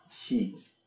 Heat